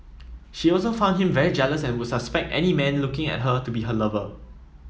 she also found him very jealous and would suspect any man looking at her to be her lover